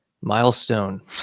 milestone